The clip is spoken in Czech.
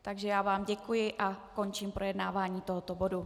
Takže vám děkuji a končím projednávání tohoto bodu.